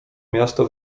miasto